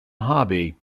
hobby